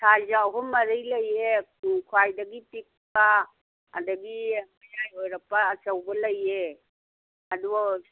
size ꯑꯍꯨꯝ ꯃꯔꯤ ꯂꯩꯌꯦ ꯈ꯭ꯋꯥꯏꯗꯒꯤ ꯄꯤꯛꯄ ꯑꯗꯒꯤ ꯃꯌꯥꯏ ꯑꯣꯏꯔꯞꯄ ꯑꯆꯧꯕ ꯂꯩꯌꯦ ꯑꯗꯣ